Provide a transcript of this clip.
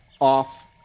off